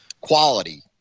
quality